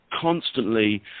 constantly